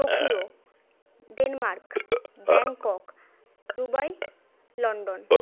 Tokyo Denmark Bangkok Dubai London